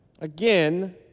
again